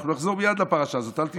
אנחנו נחזור מייד לפרשה הזו, אל תדאג.